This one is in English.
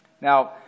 Now